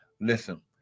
Listen